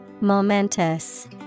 Momentous